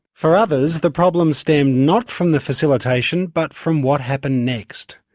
for others the problems stemmed not from the facilitation but from what happened next.